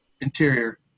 Interior